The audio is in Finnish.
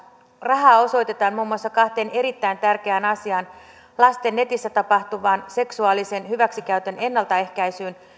rahaa osoitetaan muun muassa kahteen erittäin tärkeään asiaan netissä tapahtuvan lasten seksuaalisen hyväksikäytön ennaltaehkäisyyn